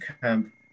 camp